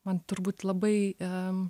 man turbūt labai em